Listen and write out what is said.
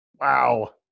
Wow